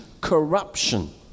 corruption